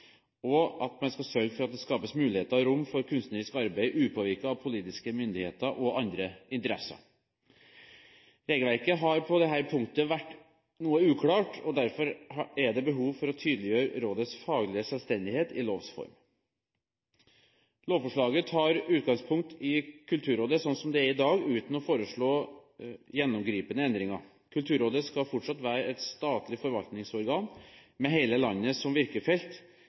og at man skal sørge for at det skal skapes muligheter og rom for kunstnerisk arbeid upåvirket av politiske myndigheter og andre interesser. Regelverket har på dette punktet vært noe uklart, og derfor er det behov for å tydeliggjøre rådets faglige selvstendighet i lovs form. Lovforslaget tar utgangspunkt i Kulturrådet, slik det er i dag, uten å foreslå gjennomgripende endringer. Kulturrådet skal fortsatt være et statlig forvaltningsorgan med hele landet som virkefelt,